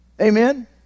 Amen